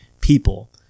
people